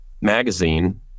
magazine